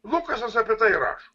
lukasas apie tai rašo